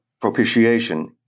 propitiation